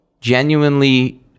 Genuinely